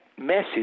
message